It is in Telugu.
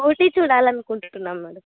ఊటీ చూడాలి అనుకుంటున్నాం మేడం